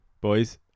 Boys